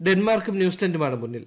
ഡെൻമാർക്കും ന്യൂസിലൻഡുമാണ് മുന്നിൽ